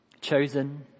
Chosen